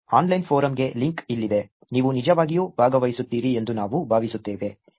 online forum ಗೆ link ಇಲ್ಲಿದೆ ನೀವು ನಿಜವಾಗಿಯೂ ಭಾಗವಹಿಸುತ್ತೀರಿ ಎಂದು ನಾವು ಭಾವಿಸುತ್ತೇವೆ